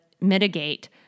mitigate